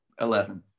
Eleven